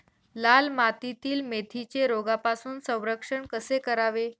लाल मातीतील मेथीचे रोगापासून संरक्षण कसे करावे?